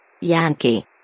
Yankee